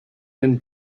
been